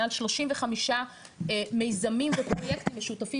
מעל שלושים וחמישה מיזמים ופרויקטים משותפים